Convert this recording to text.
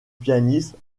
pianiste